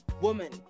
woman